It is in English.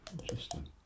interesting